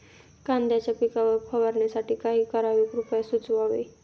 कांद्यांच्या पिकावर फवारणीसाठी काय करावे कृपया सुचवावे